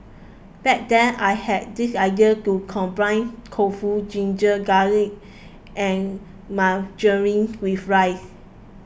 back then I had this idea to combine tofu ginger garlic and margarine with rice